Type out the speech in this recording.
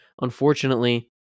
Unfortunately